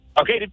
Okay